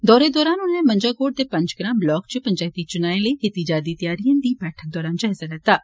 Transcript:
दौरे दोरान उनें मंजाकोट ते पंचग्राई ब्लाक इच पंचैती चुनाए लेई कीत्ती जा र दी त्यारिए दा बैठक दोरान जायजा लैत्ता